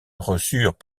reçurent